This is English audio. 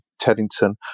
Teddington